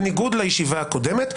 בניגוד לישיבה הקודמת,